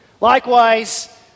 Likewise